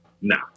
Nah